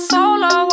Solo